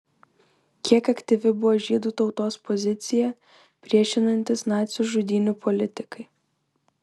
kiek aktyvi buvo žydų tautos pozicija priešinantis nacių žudynių politikai